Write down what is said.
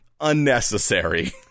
unnecessary